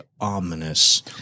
ominous